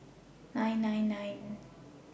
nine nine nine